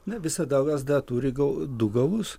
na visada lazda turi ga du galus